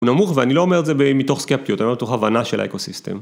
הוא נמוך ואני לא אומר את זה מתוך סקפטיות, אני אומר את זה מתוך הבנה של האקוסיסטם.